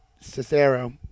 Cicero